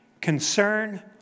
concern